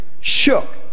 shook